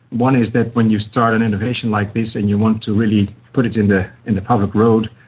one is that when you start an innovation like this and you want to really put it in the in the public road,